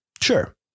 Sure